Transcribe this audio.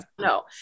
No